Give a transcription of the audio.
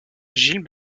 gilles